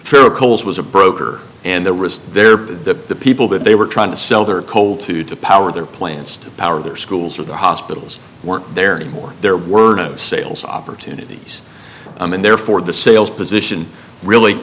coles was a broker and the risk there but the people that they were trying to sell their coal to to power their plants to power their schools or the hospitals weren't there anymore there were no sales opportunities and therefore the sales position really